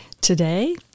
Today